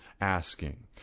asking